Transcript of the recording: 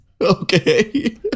Okay